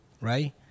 right